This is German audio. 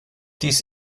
dies